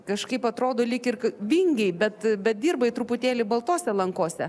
kažkaip atrodo lyg ir vingiai bet bet dirbai truputėlį baltose lankose